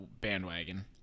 bandwagon